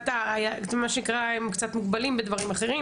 הם קצת מוגבלים בדברים אחרים.